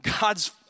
God's